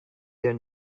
there